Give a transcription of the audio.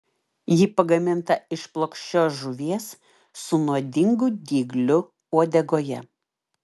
ji pagaminta iš plokščios žuvies su nuodingu dygliu uodegoje